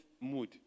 mood